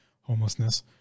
homelessness